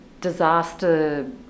disaster